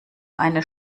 eine